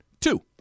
Two